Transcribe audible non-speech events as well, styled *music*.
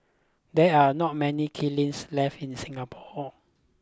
there are not many *unintelligible* left in Singapore